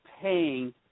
paying